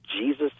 Jesus